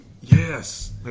yes